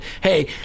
hey